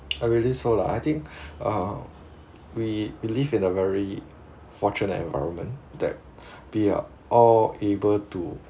I really saw lah I think um we we live in a very fortunate environment that we are all able to